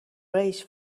ریچ